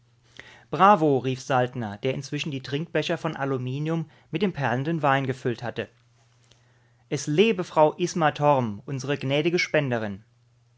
bravo rief saltner der inzwischen die trinkbecher von aluminium mit dem perlenden wein gefüllt hatte es lebe frau isma torm unsere gnädige